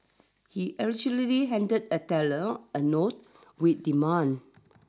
he allegedly handed a teller a note with demands